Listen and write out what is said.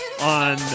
on